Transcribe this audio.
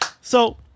So-